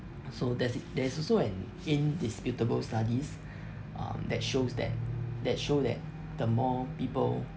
so there's i~ there's also an indisputable studies um that shows that that show that the more people